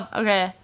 okay